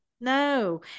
No